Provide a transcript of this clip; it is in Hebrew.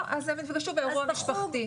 לא, אז הם ייפגשו באירוע משפחתי.